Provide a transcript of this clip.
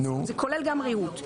זה כולל גם ריהוט.